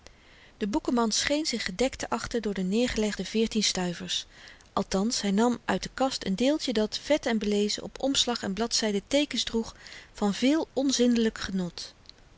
boekenman scheen zich gedekt te achten door de neergelegde veertien stuivers althans hy nam uit de kast n deeltje dat vet en belezen op omslag en bladzyden teekens droeg van veel onzindelyk genot